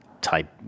type